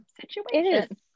Situation